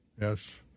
Yes